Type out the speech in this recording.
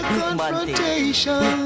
confrontation